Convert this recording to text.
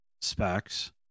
specs